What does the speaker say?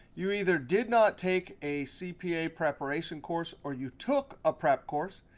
you either did not take a cpa preparation course, or you took a prep course.